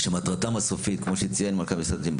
שמטרתן הסופית כמו שציין מנכ"ל משרד הפנים,